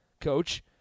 coach